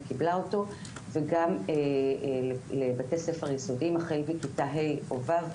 קיבלה אותו וגם לבתי ספר יסודיים החל מכיתה ה' או ו',